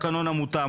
תקנון עמותה,